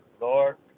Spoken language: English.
Lord